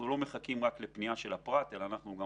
אנחנו לא מחכים רק לפנייה של הפרט אלא אנחנו גם